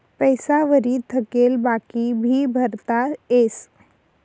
पैसा वरी थकेल बाकी भी भरता येस